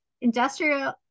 industrial